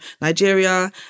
Nigeria